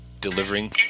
delivering